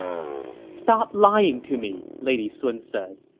stop lying to me, lady sun said.